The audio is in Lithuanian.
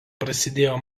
prasidėjo